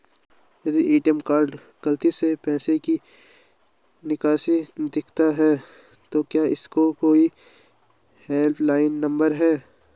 यदि ATM card गलती से पैसे की निकासी दिखाता है तो क्या इसका कोई हेल्प लाइन नम्बर है?